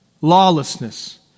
Lawlessness